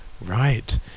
Right